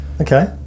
Okay